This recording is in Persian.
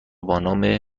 بانام